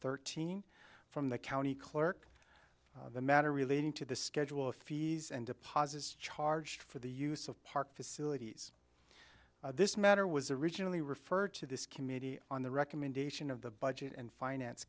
thirteen from the county clerk the matter relating to the schedule of fees and deposits charged for the use of park facilities this matter was originally referred to this committee on the recommendation of the budget and finance